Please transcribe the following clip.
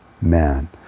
man